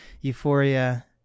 Euphoria